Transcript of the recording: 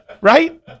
Right